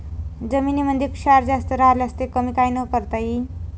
जमीनीमंदी क्षार जास्त झाल्यास ते कमी कायनं करता येईन?